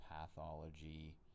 pathology